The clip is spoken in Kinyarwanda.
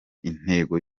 intego